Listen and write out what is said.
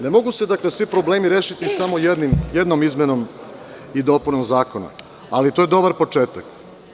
Ne mogu se svi problemi rešiti samo jednom izmenom i dopunom zakona, ali to je dobar početak.